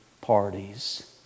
parties